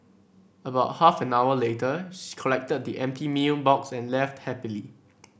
about half an hour later she collected the empty meal box and left happily